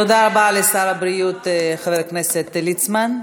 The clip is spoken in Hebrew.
תודה רבה לשר הבריאות חבר הכנסת ליצמן.